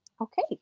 Okay